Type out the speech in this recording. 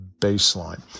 baseline